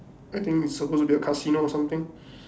I think it's suppose to be a casino or something